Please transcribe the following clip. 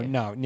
no